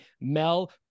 mel